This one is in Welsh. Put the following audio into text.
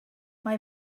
mae